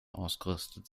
ausgerüstet